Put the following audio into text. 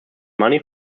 money